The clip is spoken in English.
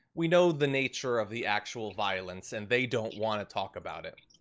we know the nature of the actual violence, and they don't wanna talk about it.